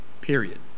Period